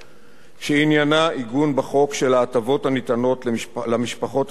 שעניינה עיגון בחוק של ההטבות הניתנות למשפחות השכולות